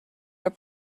your